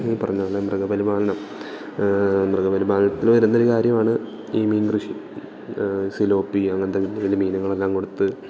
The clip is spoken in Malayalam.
ഈ പറഞ്ഞപോലെ മൃഗപരിപാലനം മൃഗപരിപാലനത്തിന് വരുന്ന ഒരു കാര്യമാണ് ഈ മീൻകൃഷി സിലോപ്പി അങ്ങനെത്തെ വലിയ വലിയ മീനുകളെല്ലാം കൊടുത്ത്